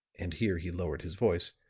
and here he lowered his voice,